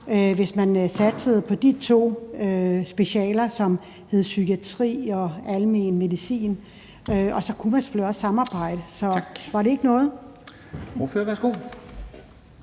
hvis man satsede på de to specialer, som hedder psykiatri og almen medicin. Og så kunne man selvfølgelig også samarbejde. Så var det ikke noget?